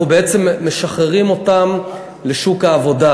אנחנו בעצם משחררים אותם לשוק העבודה.